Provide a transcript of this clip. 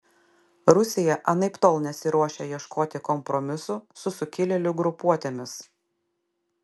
rusija anaiptol nesiruošia ieškoti kompromisų su sukilėlių grupuotėmis